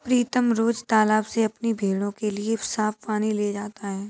प्रीतम रोज तालाब से अपनी भेड़ों के लिए साफ पानी ले जाता है